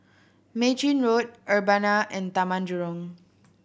Mei Chin Road Urbana and Taman Jurong